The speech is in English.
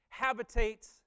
habitates